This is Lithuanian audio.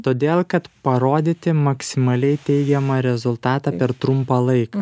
todėl kad parodyti maksimaliai teigiamą rezultatą per trumpą laiką